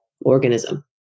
organism